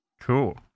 cool